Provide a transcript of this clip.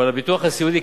אבל הביטוח הסיעודי,